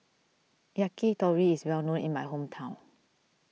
Yakitori is well known in my hometown